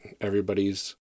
everybody's